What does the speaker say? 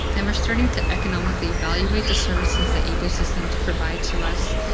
and we are starting to economically evaluate the services that ecosystems provide to us.